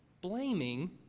blaming